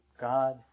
God